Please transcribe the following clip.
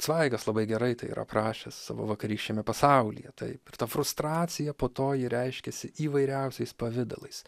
cvaigas labai gerai tai yra aprašęs savo vakarykščiame pasaulyje taip ir ta frustracija po to ji reiškiasi įvairiausiais pavidalais